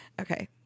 Okay